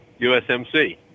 USMC